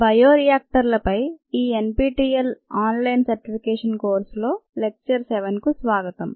బయోరియాక్టర్లపై ఈ NPTEL online certification కోర్సులో lecture 7కు స్వాగతం